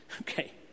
Okay